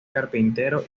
carpintero